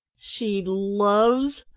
she loves!